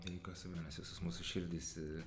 be jokios abejonės visos mūsų širdys